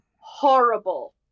horrible